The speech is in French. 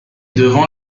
devant